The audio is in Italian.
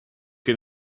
che